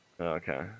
Okay